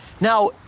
Now